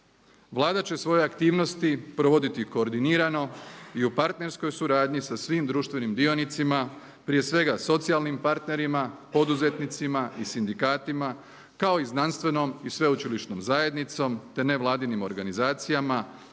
Vlada će svoje aktivnosti provoditi koordinirano i u partnerskoj suradnji sa svim društvenim dionicima prije svega socijalnim partnerima, poduzetnicima i sindikatima kao i znanstvenom i sveučilišnom zajednicom, te nevladinim organizacijama